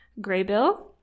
Graybill